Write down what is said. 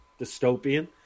dystopian